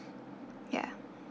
ya